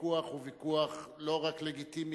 הוויכוח הוא ויכוח לא רק לגיטימי,